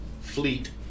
fleet